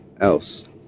else